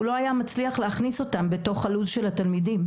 הוא לא היה מצליח להכניס אותן בתוך לוח הזמנים של התלמידים,